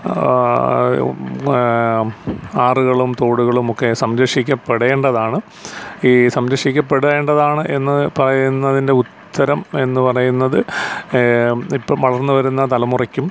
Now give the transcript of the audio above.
ആറുകളും തോടുകളും ഒക്കെ സംരക്ഷിക്കപ്പെടേണ്ടതാണ് ഈ സംരക്ഷിക്കപ്പെടേണ്ടതാണ് എന്ന് പറയുന്നതിൻ്റെ ഉത്തരം എന്ന് പറയുന്നത് ഇപ്പം വളർന്ന് വരുന്ന തലമുറയ്ക്കും